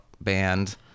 band